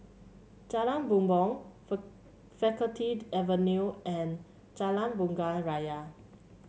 Jalan Bumbong Facultied Avenue and Jalan Bunga Raya